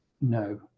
no